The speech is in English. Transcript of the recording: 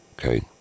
Okay